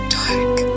dark